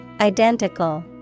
Identical